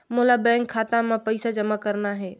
मोला बैंक खाता मां पइसा जमा करना हे?